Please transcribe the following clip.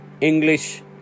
English